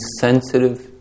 sensitive